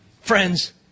Friends